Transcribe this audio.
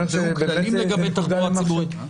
נקבעו כללים לגבי תחבורה ציבורית.